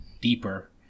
deeper